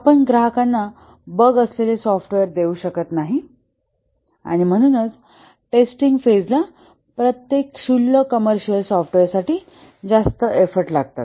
आपण ग्राहकांना बग असलेले सॉफ्टवेअर देऊ शकत नाही आणि म्हणूनच टेस्टिंग फेजला प्रत्येक क्षुल्लक कमर्सियल सॉफ्टवेअर साठी जास्त एफर्ट लागतात